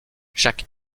chaque